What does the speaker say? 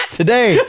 today